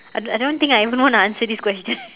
I I don't think I even wanna answer this question